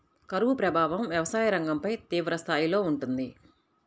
కరువు ప్రభావం వ్యవసాయ రంగంపై తీవ్రస్థాయిలో ఉంటుంది